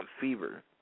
fever